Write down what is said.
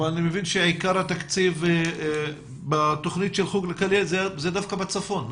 אני מבין שעיקר התקציב בתוכנית של חוג לכל ילד זה דווקא בצפון,